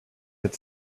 had